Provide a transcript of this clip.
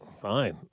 fine